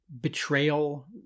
Betrayal